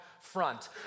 front